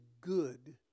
good